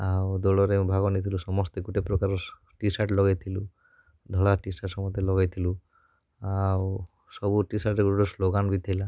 ଆଉ ଦଉଡ଼ରେ ଭାଗ ନେଇଥିଲୁ ସମସ୍ତେ ଗୋଟେ ପ୍ରକାର ସ ଟି ସାର୍ଟ ଲଗେଇଥିଲୁ ଧଳା ଟି ସାର୍ଟ ସମସ୍ତେ ଲଗେଇଥିଲୁ ଆଉ ସବୁ ଟି ସାର୍ଟରେ ଗୋଟେ ଗୋଟେ ସ୍ଲୋଗାନ୍ ବି ଥିଲା